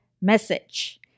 message